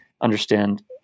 understand